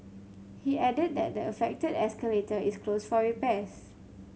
he added that the affected escalator is closed for repairs